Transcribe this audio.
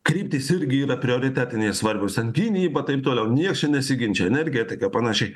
kryptys irgi yra prioritetinės vadinas gynyba taip toliau niekas čia nesiginčija energetika panašiai